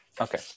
okay